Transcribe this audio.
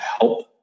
help